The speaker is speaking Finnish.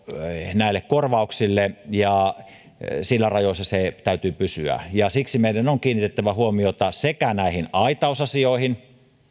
näille korvauksille ja siinä rajoissa sen täytyy pysyä siksi meidän on kiinnitettävä huomiota sekä näihin aitausasioihin